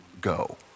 go